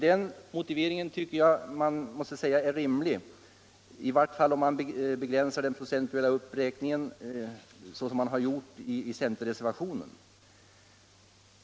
Den motiveringen kan anses rimlig i vart fall om man begränsar den procentuella uppräkningen så som man gjort i centerreservationen.